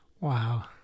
wow